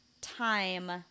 time